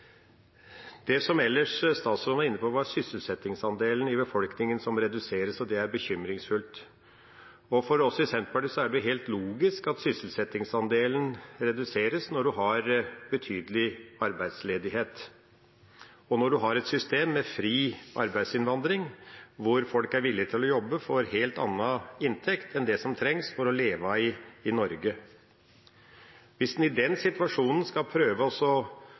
Ellers var statsråden inne på sysselsettingsandelen i befolkningen, som reduseres, og det er bekymringsfullt. For oss i Senterpartiet er det helt logisk at sysselsettingsandelen reduseres når en har betydelig arbeidsledighet, og når en har et system med fri arbeidsinnvandring hvor folk er villige til å jobbe for en helt annen inntekt enn det som trengs for å leve i Norge. Hvis en i den situasjonen skal prøve